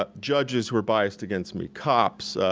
ah judges who are biased against me, cops,